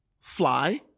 fly